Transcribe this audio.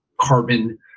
carbon